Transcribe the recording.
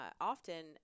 often